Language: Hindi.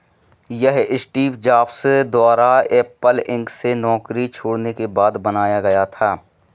यह स्टीव जॉब्स द्वारा एप्पल इंक से नौकरी छोड़ने के बाद बनाया गया था